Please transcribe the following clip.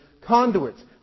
conduits